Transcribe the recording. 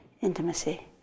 intimacy